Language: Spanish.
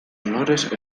honores